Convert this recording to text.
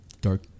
dark